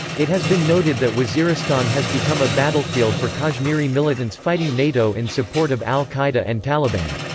it has been noted that waziristan has become a battlefield for kashmiri militants fighting nato in support of al-qaeda and taliban.